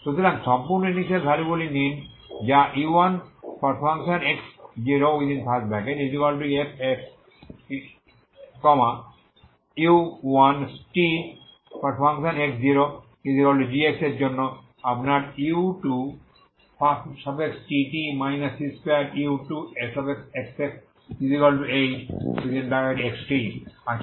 সুতরাং সম্পূর্ণ ইনিশিয়াল ভ্যালুগুলি নিন যা u1x0f u1tx0g এর জন্য আপনার u2tt c2u2xxhxt আছে